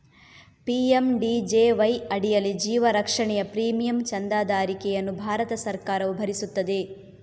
PMJDY ಅಡಿಯಲ್ಲಿ ಜೀವ ರಕ್ಷಣೆಯ ಪ್ರೀಮಿಯಂ ಚಂದಾದಾರಿಕೆಯನ್ನು ಭಾರತ ಸರ್ಕಾರವು ಭರಿಸುತ್ತದೆ